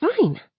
Fine